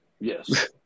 yes